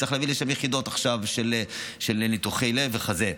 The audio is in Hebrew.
צריך להביא לשם יחידות של ניתוחי לב וחזה.